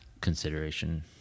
consideration